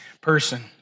person